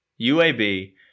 UAB